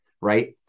right